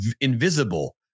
invisible